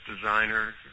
designer